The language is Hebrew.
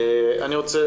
אני רוצה